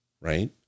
right